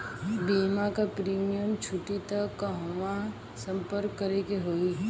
बीमा क प्रीमियम टूटी त कहवा सम्पर्क करें के होई?